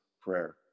prayer